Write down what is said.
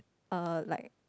err like